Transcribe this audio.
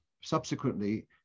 subsequently